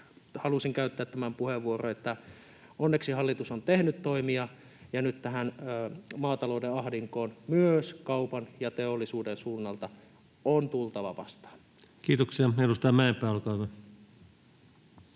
halusin käyttää tämän puheenvuoron, että onneksi hallitus on tehnyt toimia, ja nyt tähän maatalouden ahdinkoon myös kaupan ja teollisuuden suunnalta on tultava vastaan. Kiitoksia. — Edustaja Mäenpää, olkaa hyvä.